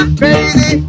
crazy